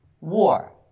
War